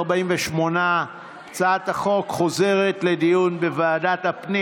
48. הצעת החוק חוזרת לדיון בוועדת הפנים.